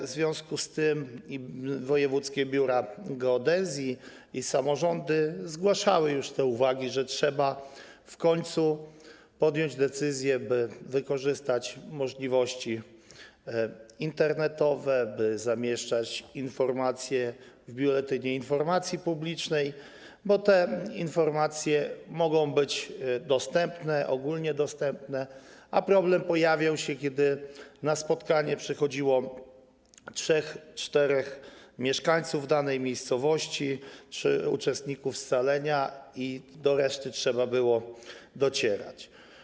W związku z tym i wojewódzkie biura geodezji, i samorządy zgłaszały uwagi, że trzeba w końcu podjąć decyzję, by wykorzystać możliwości internetowe, by zamieszczać informacje w Biuletynie Informacji Publicznej, bo te informacje mogą być ogólnodostępne, a problem pojawiał się, kiedy na spotkanie przychodziło 3–4 mieszkańców danej miejscowości czy uczestników scalenia, a do reszty trzeba było docierać.